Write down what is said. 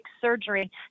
surgery